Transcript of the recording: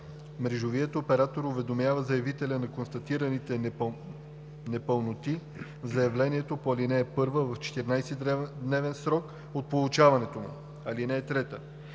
Мрежовият оператор уведомява заявителя за констатираните непълноти в заявлението по ал. 1 в 14-дневен срок от получаването му.